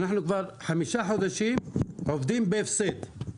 אנחנו כבר חמישה חודשים עובדים בהפסד.